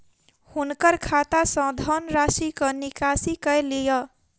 हुनकर खाता सॅ धनराशिक निकासी कय लिअ